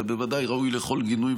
זה בוודאי ראוי לכל גינוי.